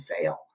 fail